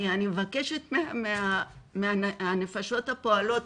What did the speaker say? אני מבקשת מהנפשות הפועלות,